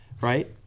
right